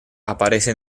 aparece